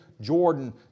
Jordan